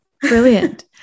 Brilliant